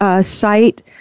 site